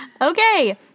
Okay